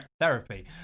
Therapy